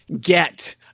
get